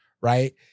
Right